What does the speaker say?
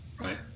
Right